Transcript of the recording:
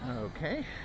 Okay